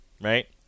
right